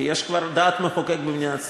כי יש כבר דעת מחוקק במדינת ישראל.